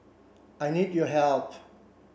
I need your help